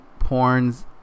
porns